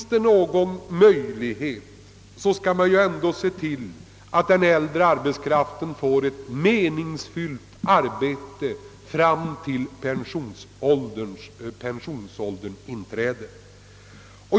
Om det finns någon möjlighet så bör man se till att den äldre arbetskraften får ett meningsfyllt arbete fram till pensionsålderns inträde.